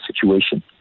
situation